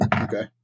Okay